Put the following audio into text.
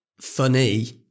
funny